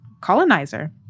colonizer